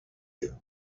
you